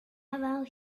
zdawał